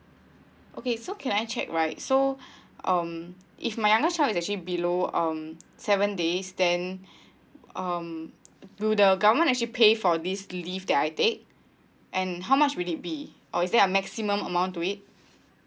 okay so can I check right so um if my I'm not sure is actually below um seven days then um do the government actually pay for this leave that I take and how much will it be or is that a maximum amount to it